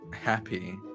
happy